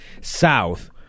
south